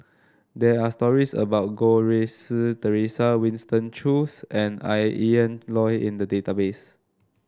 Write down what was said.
there are stories about Goh Rui Si Theresa Winston Choos and Ian Loy in the database